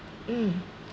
mm